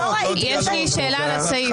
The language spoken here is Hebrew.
אני לא ראיתי --- יש לי שאלה על הסעיף.